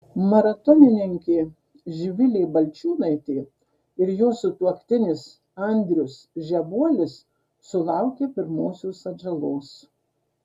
maratonininkė živilė balčiūnaitė ir jos sutuoktinis andrius žebuolis sulaukė pirmosios atžalos